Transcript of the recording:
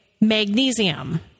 magnesium